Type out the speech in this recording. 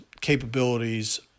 capabilities